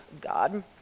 god